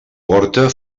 porta